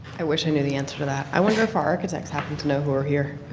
i wish i knew the answer to that. i wonder if our architects happen to know, who are here?